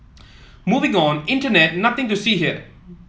move on internet nothing to see here